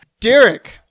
Derek